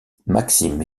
maxime